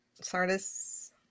Sardis